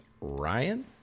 Ryan